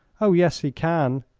oh, yes, he can,